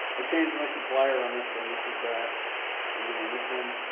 ah changed my supplier on this one, this is bad. and then this one,